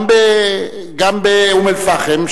גם באום-אל-פחם,